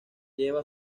lleva